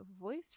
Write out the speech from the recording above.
Voice